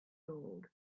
gold